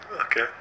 Okay